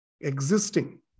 existing